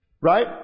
right